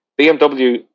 BMW